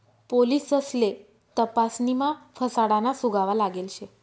पोलिससले तपासणीमा फसाडाना सुगावा लागेल शे